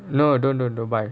no don't don't don't buy